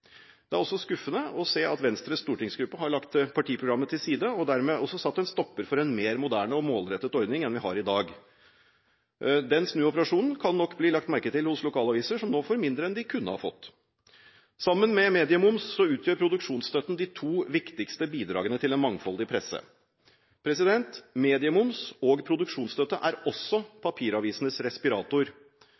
Det er også skuffende å se at Venstres stortingsgruppe har lagt partiprogrammet til side, og dermed også satt en stopper for en mer moderne og målrettet ordning enn vi har i dag. Den snuoperasjonen kan nok bli lagt merke til hos lokalaviser som nå får mindre enn de kunne ha fått. Sammen med mediemoms utgjør produksjonsstøtten de to viktigste bidragene til en mangfoldig presse. Mediemoms og produksjonsstøtte er også papiravisenes respirator.